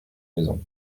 maison